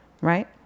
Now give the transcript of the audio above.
right